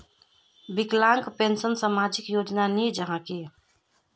विकलांग पेंशन सामाजिक योजना नी जाहा की?